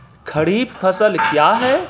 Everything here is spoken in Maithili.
खरीफ फसल क्या हैं?